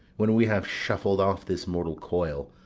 when we have shuffled off this mortal coil,